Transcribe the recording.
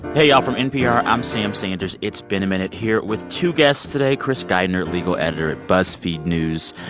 hey y'all. from npr, i'm sam sanders it's been a minute here with two guests today, chris geidner, legal editor at buzzfeed news.